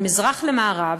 ממזרח למערב,